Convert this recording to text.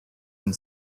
and